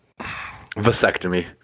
Vasectomy